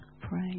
pray